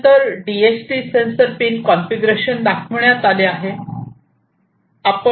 त्यानंतर DHT sensor pin configuration दाखवण्यात यात आले आहे